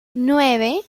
nueve